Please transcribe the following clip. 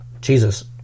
Jesus